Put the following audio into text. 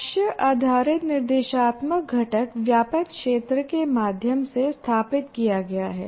साक्ष्य आधारित निर्देशात्मक घटक व्यापक क्षेत्र के माध्यम से स्थापित किया गया है